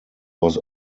was